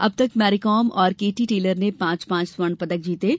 अब तक मेरिकॉम और केटी टेलर ने पांच पांच स्वर्ण पदक जीते हैं